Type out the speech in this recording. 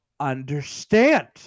understand